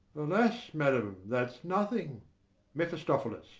alas, madam, that's nothing mephistophilis,